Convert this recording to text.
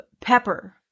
pepper